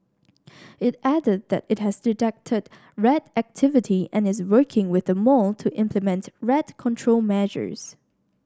it added that it has detected rat activity and is working with the mall to implement rat control measures